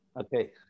Okay